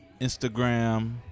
Instagram